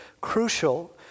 crucial